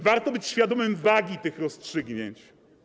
Warto być świadomym wagi tych rozstrzygnięć.